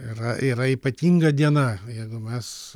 yra yra ypatinga diena jeigu mes